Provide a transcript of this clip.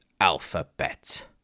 Alphabet